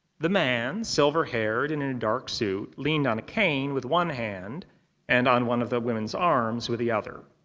the man, silver-haired and in dark suit, leaned on a cane with one hand and on one of the women's arms with the other.